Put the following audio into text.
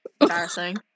Embarrassing